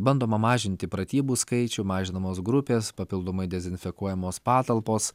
bandoma mažinti pratybų skaičių mažinamos grupės papildomai dezinfekuojamos patalpos